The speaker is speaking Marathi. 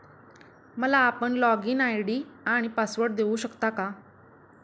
आपण मला लॉगइन आय.डी आणि पासवर्ड देऊ शकता का?